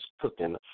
cooking